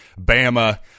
Bama